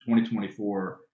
2024